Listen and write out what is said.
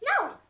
No